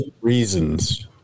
reasons